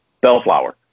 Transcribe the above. Bellflower